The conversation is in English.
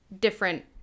different